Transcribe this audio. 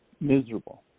miserable